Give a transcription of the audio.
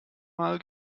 mal